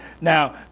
Now